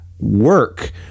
Work